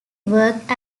worked